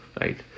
right